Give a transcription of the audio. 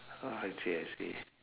oh I see I see